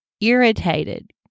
irritated